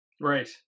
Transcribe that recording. right